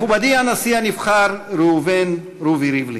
מכובדי הנשיא הנבחר ראובן רובי ריבלין,